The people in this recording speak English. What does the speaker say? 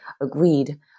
agreed